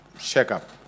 checkup